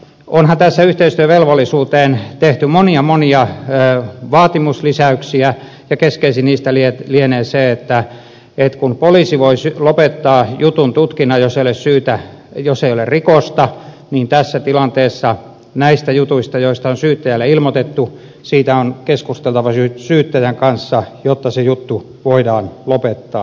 onhan tässä yhteistyövelvollisuuteen tehty monia monia vaatimuslisäyksiä ja keskeisin niistä lienee se että kun poliisi voisi lopettaa jutun tutkinnan jos ei ole rikosta niin tässä tilanteessa näistä jutuista joista on syyttäjälle ilmoitettu on keskusteltava syyttäjän kanssa jotta se juttu voidaan lopettaa